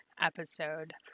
episode